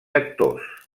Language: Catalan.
actors